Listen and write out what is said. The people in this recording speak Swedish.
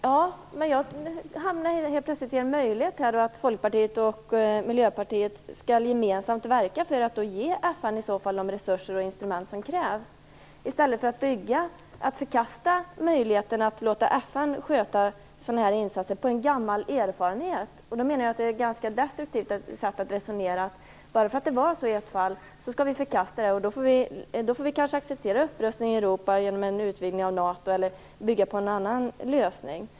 Fru talman! Då ser jag plötsligt en annan möjlighet, nämligen att Folkpartiet och Miljöpartiet gemensamt verkar för att ge FN de resurser och instrument som krävs, i stället för att på grund av en gammal erfarenhet förkasta möjligheten att låta FN sköta sådana här insatser. Jag menar att det är ganska destruktivt att förkasta den lösningen bara för att det blev så här i ett fall och därmed också acceptera upprustning i Europa genom en utvidgning av NATO eller bygga någon annan lösning.